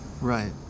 Right